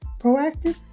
Proactive